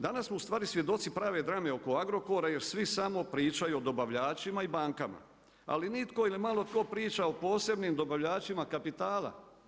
Danas smo ustvari svjedoci prave drame oko Agrokora jer svi samo pričaju o dobavljačima i bankama, ali nitko ili malo tko priča o posebnim dobavljačima kapitala.